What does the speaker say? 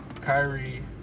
Kyrie